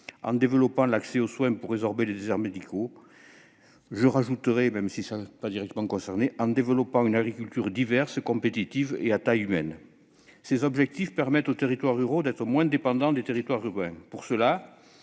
en développant l'accès aux soins pour résorber les déserts médicaux et en développant une agriculture diverse, compétitive et à taille humaine. Ces objectifs permettent aux territoires ruraux d'être moins dépendants des territoires urbains. Pour cela,